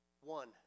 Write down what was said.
One